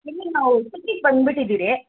ಇಲ್ಲಿಗೆ ನಾವು ಸಿಟಿಗೆ ಬಂದು ಬಿಟ್ಟಿದ್ದೀವಿ